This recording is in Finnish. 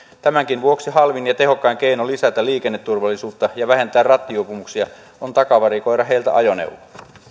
tämänkin vuoksi halvin ja tehokkain keino lisätä liikenneturvallisuutta ja vähentää rattijuopumuksia on takavarikoida heiltä ajoneuvo